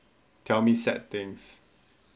tell me sad things